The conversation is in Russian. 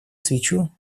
свечу